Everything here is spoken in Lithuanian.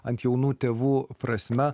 ant jaunų tėvų prasme